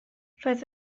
roedd